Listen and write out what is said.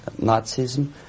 Nazism